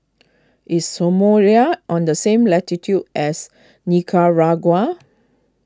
is Somalia on the same latitude as Nicaragua